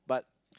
but